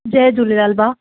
जय झूलेलाल भाउ